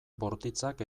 bortitzak